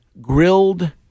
grilled